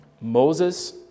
Moses